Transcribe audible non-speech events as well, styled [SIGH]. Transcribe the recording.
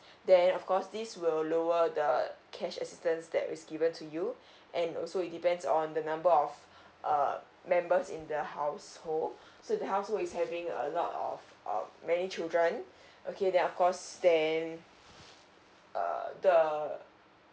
[BREATH] then of course this will lower the cash assistance that is given to you [BREATH] and also it depends on the number of err members in the household so the household is having a lot of um many children [BREATH] okay then of course then err the